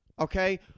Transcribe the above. okay